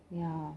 ya